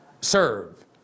serve